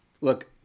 Look